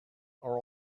are